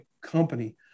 company